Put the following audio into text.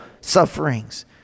sufferings